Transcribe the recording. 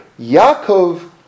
Yaakov